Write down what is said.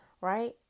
right